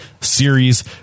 Series